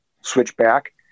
switchback